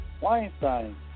Weinstein